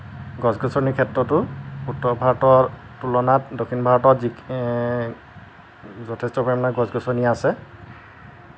গছ গছনিৰ ক্ষেত্ৰতো উত্তৰ ভাৰতৰ তুলনাত দক্ষিণ ভাৰতত যিখিনি যথেষ্ট পৰিমাণে গছ গছনি আছে